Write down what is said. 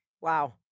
Wow